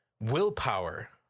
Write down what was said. willpower